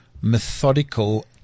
methodical